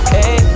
Hey